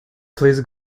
please